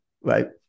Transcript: right